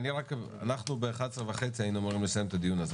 אנחנו תלויים כמובן בהמון גורמים.